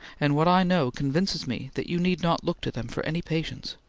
and what i know convinces me that you need not look to them for any patients.